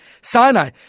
Sinai